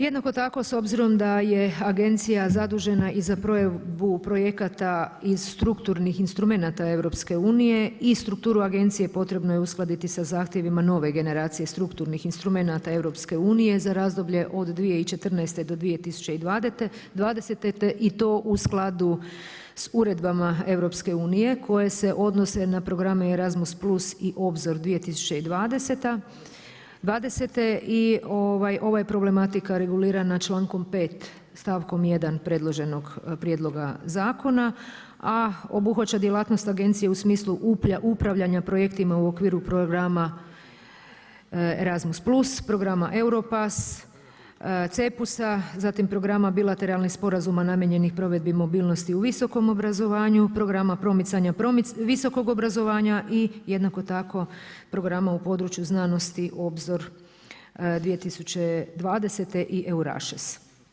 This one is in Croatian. Jednako tako s obzirom da je agencija zadužena i za provedbu projekata i strukturnih instrumenata EU-a i strukturu agencije potrebno je uskladiti sa zahtjevima nove generacije strukturnih instrumenata EU-a za razdoblje od 2014. do 2020. te i to u skladu s uredbama EU-a koje se odnose na programe Erasmus plus i Obzor 2020., i ova je problematika regulirana člankom 5. stavkom 1. predloženog prijedloga zakona, a obuhvaća djelatnost agencije u smislu upravljanja projektima u okviru programa Erasmus plus, programa Europass, CEPUS-a, zatim programa bilateralnih sporazuma namijenjenih provedbi mobilnosti u visokom obrazovanju, programa promicanja visokog obrazovanja i jednako tako, programa u području znanosti Obzor 2020. i Euraxess.